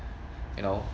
you know